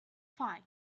five